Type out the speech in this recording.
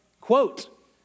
Quote